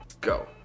Go